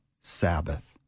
Sabbath